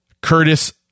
Curtis